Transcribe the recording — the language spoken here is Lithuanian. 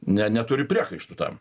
ne neturi priekaištų tam